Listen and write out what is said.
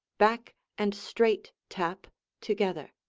back and straight tap together.